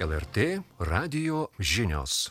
lrt radijo žinios